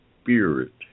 spirit